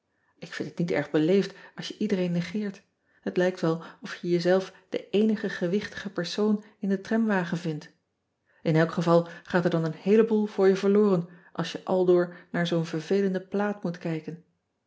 k vind het niet erg beleefd als je iedereen negeert het lijkt wel of je jezelf de eenige gewichtige persoon in den tramwagen vindt n elk geval gaat er dan een heeleboel voor je verloren als je aldoor naar zoo n vervelende plaat moet kijken